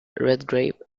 redgrave